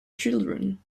children